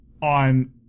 on